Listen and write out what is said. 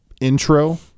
intro